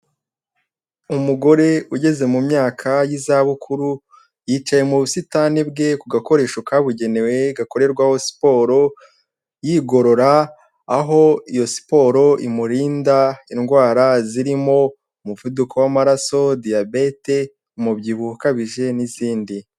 Umugore ugeze mu myaka y'izabukuru yicaye mu busitani bwe ku gakoresho kabugenewe gakorerwaho siporo yigorora aho iyo siporo imurinda indwara zirimo umuvuduko w'amaraso, diyabete, umubyibuho ukabije n'izindi.